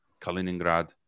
Kaliningrad